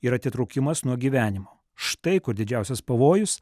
ir atitrūkimas nuo gyvenimo štai kur didžiausias pavojus